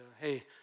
hey